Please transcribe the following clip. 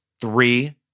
three